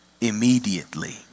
immediately